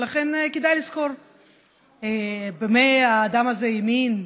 ולכן כדאי לזכור במה האדם הזה האמין,